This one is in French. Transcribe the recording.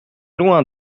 loin